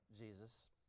Jesus